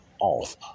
off